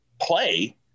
Play